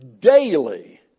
daily